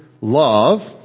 love